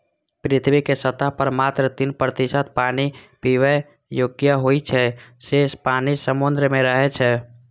पृथ्वीक सतह पर मात्र तीन प्रतिशत पानि पीबै योग्य होइ छै, शेष पानि समुद्र मे रहै छै